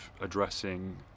addressing